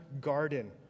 garden